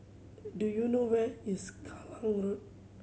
do you know where is Kallang Road